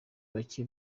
bake